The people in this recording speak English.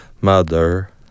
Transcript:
mother